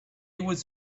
was